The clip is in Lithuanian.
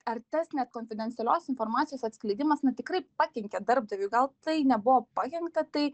ar tas net konfidencialios informacijos atskleidimas na tikrai pakenkė darbdaviui gal tai nebuvo pakenkta tai